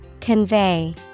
Convey